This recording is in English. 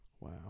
Wow